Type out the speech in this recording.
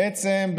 בעצם,